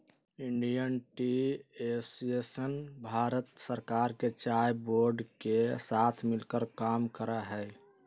Indian tea association Bharat सरकार के चाय बोर्ड के साथ मिलकर काम करा हई